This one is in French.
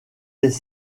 les